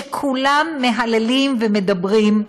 כולם מהללים ומדברים,